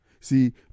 See